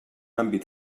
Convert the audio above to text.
àmbit